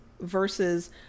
versus